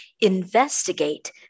investigate